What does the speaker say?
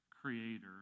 creator